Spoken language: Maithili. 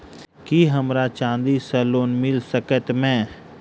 की हमरा चांदी सअ लोन मिल सकैत मे?